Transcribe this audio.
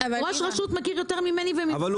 ראש רשות מכיר יותר ממני אבל הוא